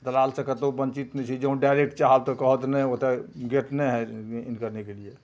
दलालसे कतहु वन्चित नहि छी जँ डाइरेक्ट चाहब तऽ कहत नहि ओतऽ गेट नहीं है इन करने के लिए